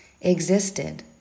existed